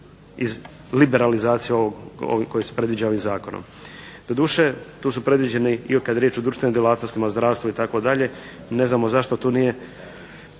iz liberalizacije koja se predviđa ovim zakonom. Doduše, tu su predviđeni ili kada je riječ o društvenim djelatnostima, o zdravstvu itd. ne znamo zašto tu nije